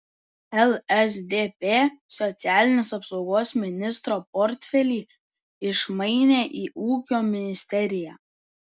lsdp socialinės apsaugos ministro portfelį išmainė į ūkio ministeriją